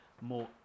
more